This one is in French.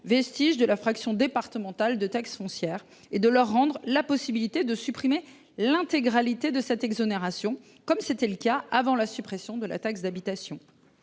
vestige de la part départementale de la taxe foncière, et de leur rendre la possibilité de supprimer l’intégralité de cette exonération, comme cela était le cas avant la suppression de la taxe d’habitation.